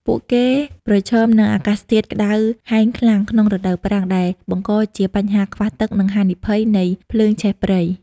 ពួកគេប្រឈមនឹង អាកាសធាតុក្ដៅហែងខ្លាំង ក្នុងរដូវប្រាំង ដែលបង្កជាបញ្ហាខ្វះទឹក និងហានិភ័យនៃភ្លើងឆេះព្រៃ។